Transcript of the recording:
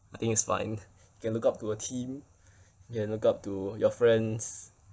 I think it's fine can look up to a team can look up to your friends